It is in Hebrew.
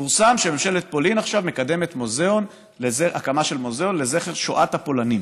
פורסם שממשלת פולין מקדמת מוזיאון לזכר שואת הפולנים.